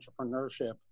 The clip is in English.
entrepreneurship